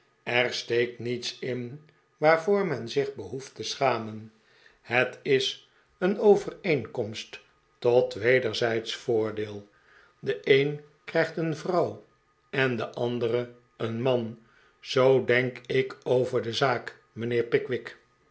er steekt niets in waarvoor men zich behoeft te schamen het is een overeenkomst tot wederzijdsch voor de el de een krijgt een vrouw en de andere een man zoo denk ik over de zaak mijnheer pickwick